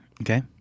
Okay